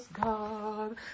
God